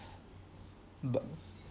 mm